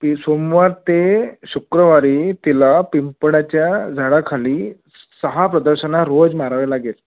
ती सोमवार ते शुक्रवारी तिला पिंपळाच्या झाडाखाली सहा प्रदक्षिणा रोज मारावे लागेल